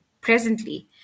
presently